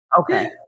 Okay